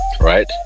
right